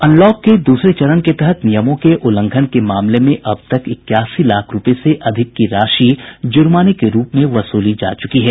unlock के दूसरे चरण के तहत नियमों के उल्लंघन के मामले में अब तक इक्यासी लाख रूपये से अधिक की राशि जुर्माने के रूप में वसूली जा चुकी है